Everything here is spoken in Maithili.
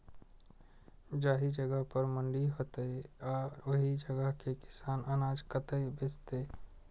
जाहि जगह पर मंडी हैते आ ओहि जगह के किसान अनाज कतय बेचते?